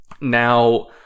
Now